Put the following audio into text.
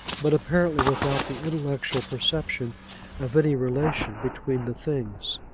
but apparently without the intellectual perception of any relation between the things.